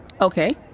Okay